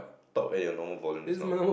talk at your normal volumes just now